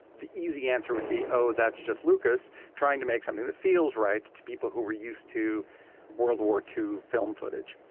the easy answer would be, oh, that's just lucas trying to make something that feels right to people who were used to world war ii film footage.